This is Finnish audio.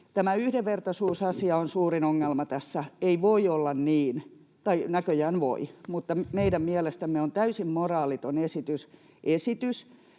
yhdenvertaisuusasia on suurin ongelma tässä. Ei voi olla niin — tai näköjään voi — mutta meidän mielestämme on täysin moraaliton esitys,